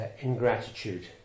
ingratitude